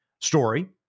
story